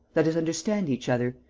let us understand each other.